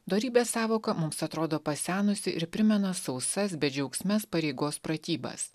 dorybės sąvoka mums atrodo pasenusi ir primena sausas bedžiaugsmes pareigos pratybas